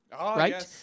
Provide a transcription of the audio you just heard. right